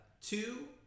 two